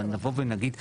אבל נבוא ונגיד,